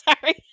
Sorry